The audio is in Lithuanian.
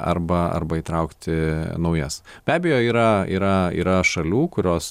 arba arba įtraukti naujas be abejo yra yra yra šalių kurios